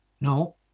No